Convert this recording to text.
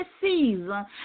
season